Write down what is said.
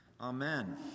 Amen